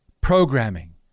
programming